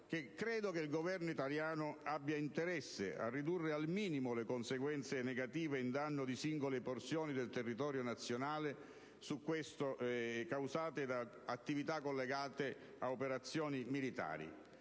credo che il Governo italiano abbia interesse a ridurre al minimo le conseguenze negative in danno di singole porzioni del territorio nazionale causate da attività collegate a operazioni militari.